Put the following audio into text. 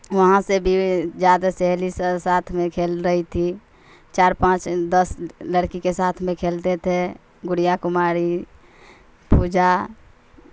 وہاں سے بھی زیادہ سہیلی سے ساتھ میں کھیل رہی تھی چار پانچ دس لڑکی کے ساتھ میں کھیلتے تھے گڑیا کماری پوجا